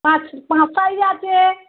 পাঁচ পাঁচ সাইজ যাছে